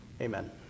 amen